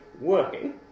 working